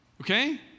Okay